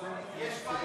יש בעיה.